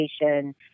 education